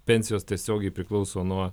pensijos tiesiogiai priklauso nuo